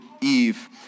Eve